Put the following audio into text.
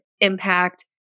impact